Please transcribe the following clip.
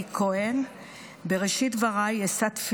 אושרה בקריאה טרומית ותעבור לדיון בוועדת